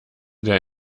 der